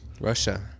Russia